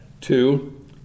Two